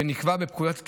שנקבע בפקודת התעבורה,